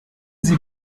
sie